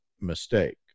mistake